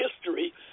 history